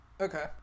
Okay